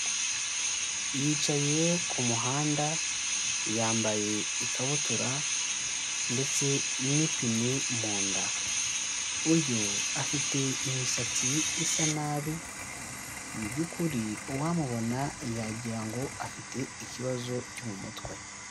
Yicaye ku muhanda yambaye ikabutura ndetse n'ipine mu nda, uyu afite imisatsi isa nabi mu by'ukuri uwamubona yagira ngo afite ikibazo cyo mu mutwe.